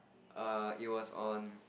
err it was on